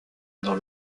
dans